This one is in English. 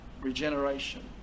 regeneration